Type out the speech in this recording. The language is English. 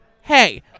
Hey